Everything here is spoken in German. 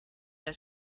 bei